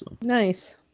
Nice